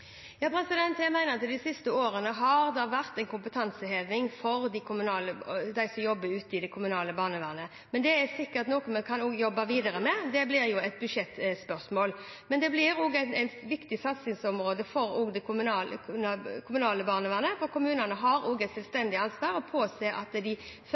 Jeg mener at det de siste årene har vært en kompetanseheving av dem som jobber ute i det kommunale barnevernet, men det er sikkert noe vi kan jobbe videre med. Det blir jo et budsjettspørsmål. Men det blir også et viktig satsingsområde for det kommunale barnevernet, for kommunene har et selvstendig ansvar for å påse at de